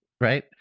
right